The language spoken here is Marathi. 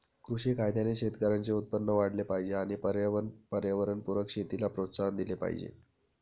कृषी कायद्याने शेतकऱ्यांचे उत्पन्न वाढले पाहिजे आणि पर्यावरणपूरक शेतीला प्रोत्साहन दिले पाहिजे